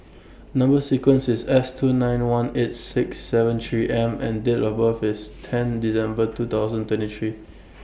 Number sequence IS S two nine one eight six seven three M and Date of birth IS ten December two thousand twenty three